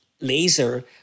laser